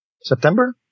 September